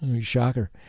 Shocker